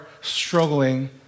struggling